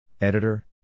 editor